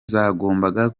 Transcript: zagombaga